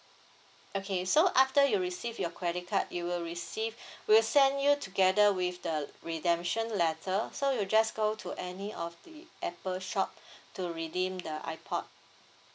okay so after you receive your credit card you will receive we'll send you together with the redemption letter so you just go to any of the Apple shop to redeem the ipod